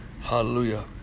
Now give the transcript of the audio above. Hallelujah